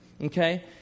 Okay